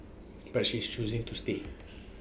but she is choosing to stay